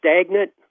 stagnant